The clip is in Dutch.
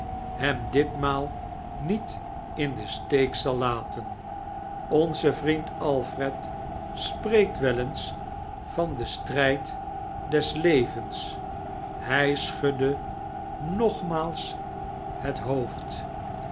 hem ditkerstvertellingen maal niet in den steek zal laten onze va-lend alfred spreekt wel eems van den strijd des levens hi schudde nogmaals het hoofd